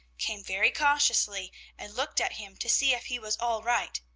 came very cautiously and looked at him to see if he was all right,